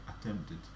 attempted